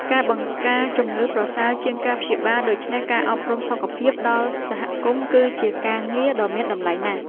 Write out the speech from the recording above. ការបង្ការជំងឺប្រសើរជាងការព្យាបាល ដូច្នេះការអប់រំសុខភាពដល់សហគមន៍គឺជាការងារដ៏មានតម្លៃណាស់។